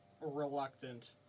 Reluctant